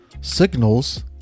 signals